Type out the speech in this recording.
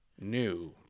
new